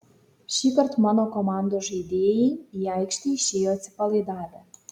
šįkart mano komandos žaidėjai į aikštę išėjo atsipalaidavę